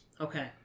Okay